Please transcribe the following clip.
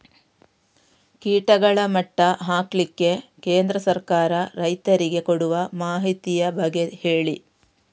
ಕೀಟಗಳ ಮಟ್ಟ ಹಾಕ್ಲಿಕ್ಕೆ ಕೇಂದ್ರ ಸರ್ಕಾರ ರೈತರಿಗೆ ಕೊಡುವ ಮಾಹಿತಿಯ ಬಗ್ಗೆ ಹೇಳಿ